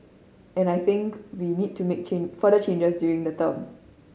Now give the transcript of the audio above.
and I think we need to make further changes during the term